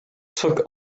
took